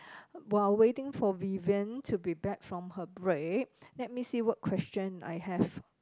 while waiting for Vivian to be back from her break let me see what question I have